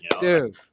dude